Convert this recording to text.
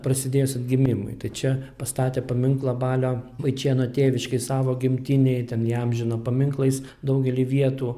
prasidėjus atgimimui tai čia pastatė paminklą balio vaičėno tėviškėj savo gimtinėj ten įamžino paminklais daugelį vietų